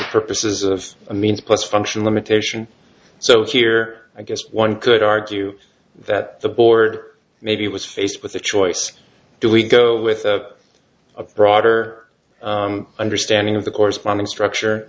purposes of a means plus function limitation so here i guess one could argue that the board maybe was faced with a choice do we go with a broader understanding of the corresponding structure